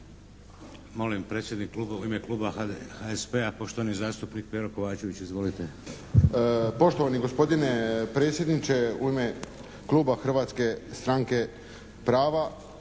Molim predsjednik kluba, u ime kluba HSP-a, poštovani zastupnik Pero Kovačević. Izvolite.